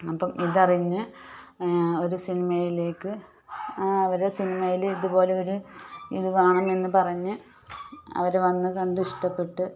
അപ്പം ഇതറിഞ്ഞ് ഒരു സിനിമയിലേക്ക് അവരെ സിനിമയിൽ ഇതു പോലെ ഒരു ഇത് വാങ്ങുന്നു എന്ന് പറഞ്ഞ് അവർ വന്നു കണ്ടു ഇഷ്ടപ്പെട്ടു